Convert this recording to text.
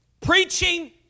preaching